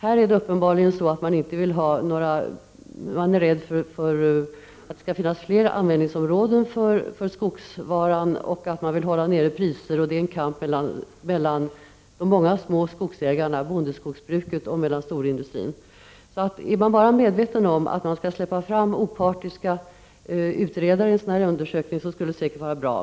Man är uppenbarligen rädd att det skall finnas fler användningsområden för skogsvaran och för att priserna skall gå upp. Det är en kamp mellan de många små skogsägarna, bondeskogsbruket, och den stora industrin. Är man bara medveten om att man i en sådan undersökning skall släppa fram opartiska utredare skulle en sådan säkert vara bra.